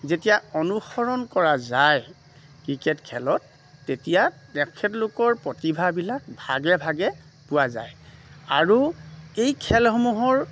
যেতিয়া অনুসৰণ কৰা যায় ক্ৰিকেট খেলত তেতিয়া তেখেতলোকৰ প্ৰতিভাবিলাক ভাগে ভাগে পোৱা যায় আৰু এই খেলসমূহৰ